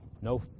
no